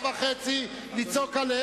רותם, לרשותך עוד דקה וחצי לצעוק עליהם.